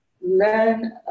learn